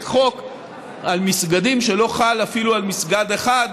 חוק על מסגדים שלא חל אפילו על מסגד אחד,